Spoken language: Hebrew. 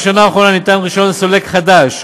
בשנה האחרונה ניתן רישיון לסולק חדש,